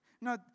No